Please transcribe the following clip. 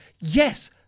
Yes